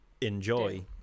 enjoy